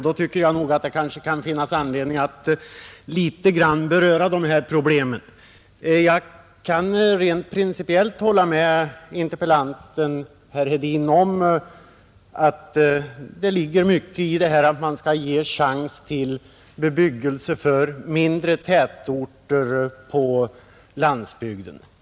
Rent principiellt kan jag hålla med herr Hedin om att det ligger mycket i att man skall göra det möjligt att bygga mindre tätorter på landsbygden.